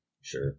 Sure